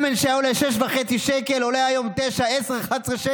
שמן, שהיה עולה 6.5 שקל, עולה היום 9, 10, 11 שקל.